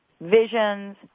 visions